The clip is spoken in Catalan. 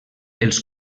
els